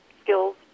skills